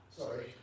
sorry